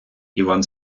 іван